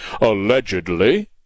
allegedly